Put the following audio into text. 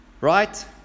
right